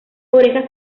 orejas